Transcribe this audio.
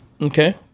Okay